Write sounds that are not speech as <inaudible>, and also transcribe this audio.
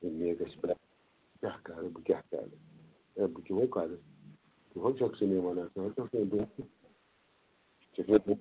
ہے میٚے گژھہِ پرٛ بہٕ کیٛاہ کَرٕ بہٕ کیٛاہ کَرٕ ہے بہٕ کہو کَرٕ کہو چھیٚکھ ژٕ مےٚ وَنان <unintelligible> ژٕ چھیٚکھ مےٚ